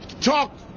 talk